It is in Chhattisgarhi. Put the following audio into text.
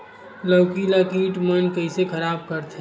लौकी ला कीट मन कइसे खराब करथे?